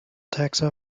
taxa